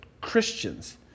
Christians